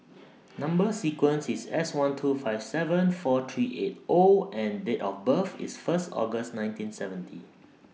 Number sequence IS S one two five seven four three eight O and Date of birth IS First August nineteen seventy